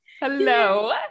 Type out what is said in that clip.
Hello